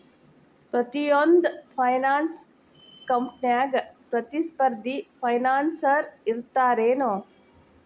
ಪ್ರತಿಯೊಂದ್ ಫೈನಾನ್ಸ ಕಂಪ್ನ್ಯಾಗ ಪ್ರತಿಸ್ಪರ್ಧಿ ಫೈನಾನ್ಸರ್ ಇರ್ತಾರೆನು?